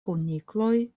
kunikloj